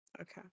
Okay